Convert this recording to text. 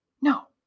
No